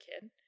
kid